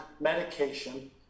medication